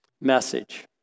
message